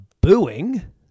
booing